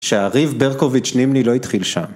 שהריב ברקוביץ' נמני לא התחיל שם.